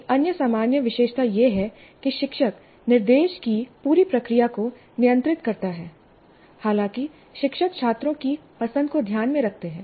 एक अन्य सामान्य विशेषता यह है कि शिक्षक निर्देश की पूरी प्रक्रिया को नियंत्रित करता है हालांकि शिक्षक छात्रों की पसंद को ध्यान में रखते हैं